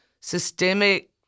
systemic